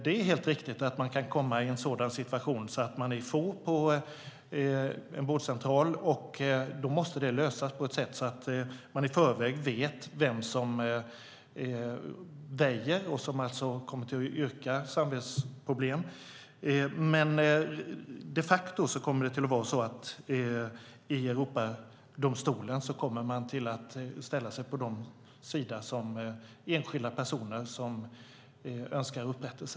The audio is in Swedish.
Det är helt riktigt att det kan komma en sådan situation att man är få på en vårdcentral, och då måste det lösas på ett sätt så att man i förväg vet vem som väjer och kommer att yrka samvetsproblem. De facto kommer det dock att vara så att Europadomstolen kommer att ställa sig på de enskilda personers sida som önskar upprättelse.